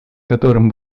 которым